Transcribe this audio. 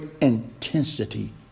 intensity